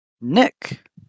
Nick